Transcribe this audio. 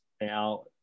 now